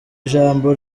ijambo